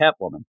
Catwoman